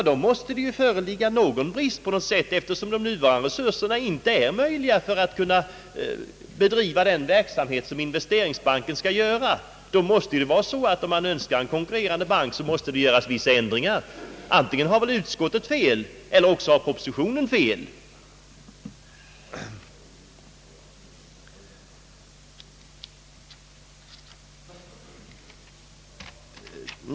Då måste det ju föreligga någon brist på något sätt eftersom de nuvarande resurserna inte räcker till för att bedriva den verksamhet som investeringsbanken skall svara för. Om man vill ha en konkurrerande bank måste det göras vissa ändringar. Antingen har utskottet fel eller också har propositionen fel.